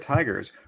Tigers